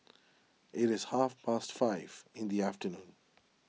it is half past five in the afternoon